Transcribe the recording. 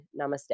Namaste